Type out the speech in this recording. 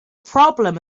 problem